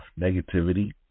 negativity